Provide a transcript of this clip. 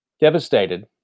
Devastated